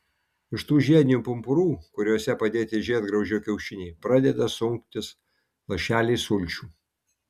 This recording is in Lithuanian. iš tų žiedinių pumpurų kuriuose padėti žiedgraužio kiaušiniai pradeda sunktis lašeliai sulčių